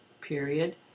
period